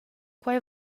que